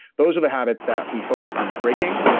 those are the habits that we focus on breaking,